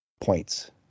points